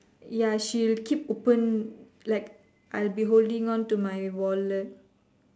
ya she'll keep open like I'll be holding onto my wallet